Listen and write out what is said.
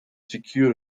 secure